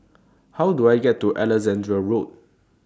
How Do I get to Alexandra Road